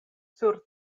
sur